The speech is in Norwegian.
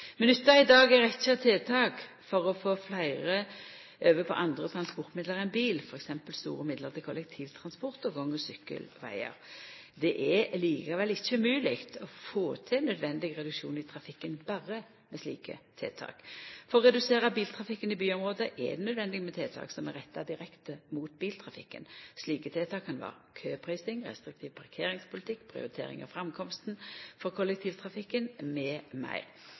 i dag ei rekkje tiltak for å få fleire over på andre transportmiddel enn bil, t.d. store midlar til kollektivtransport og gang- og sykkelvegar. Det er likevel ikkje mogleg å få til naudsynt reduksjon i trafikken berre med slike tiltak. For å redusera biltrafikken i byområda er det naudsynt med tiltak som er retta direkte mot biltrafikken. Slike tiltak kan vera køprising, restriktiv parkeringspolitikk, prioritering av framkomsten for kollektivtrafikken